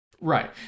Right